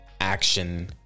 action